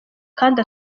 kandi